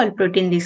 protein